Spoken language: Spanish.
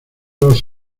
los